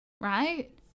Right